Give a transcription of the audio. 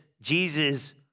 Jesus